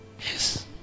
Yes